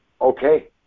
okay